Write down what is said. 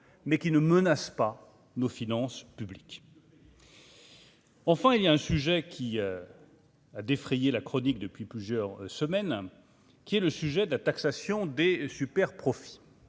mais qui ne menace pas nos finances publiques. Au fond, il y a un sujet qui. Ah défrayé la chronique depuis plusieurs semaines, qui est le sujet de la taxation des superprofits